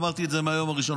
אמרתי את זה מהיום הראשון,